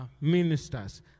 ministers